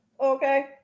okay